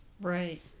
Right